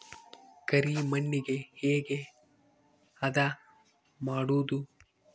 ಕರಿ ಮಣ್ಣಗೆ ಹೇಗೆ ಹದಾ ಮಾಡುದು?